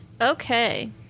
Okay